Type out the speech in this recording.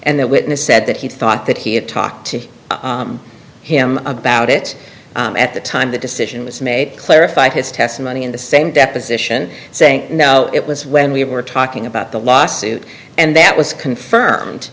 and that witness said that he thought that he had talked to him about it at the time the decision was made clarified his testimony in the same deposition saying no it was when we were talking about the lawsuit and that was confirmed